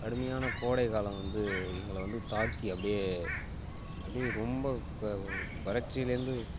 கடுமையான கோடைக்காலம் வந்து எங்களை வந்து தாக்கி அப்படியே அப்படியே ரொம்ப கொ வறட்சிலேந்து